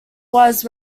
was